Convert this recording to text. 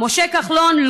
משה כחלון,